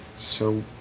so,